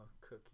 cookie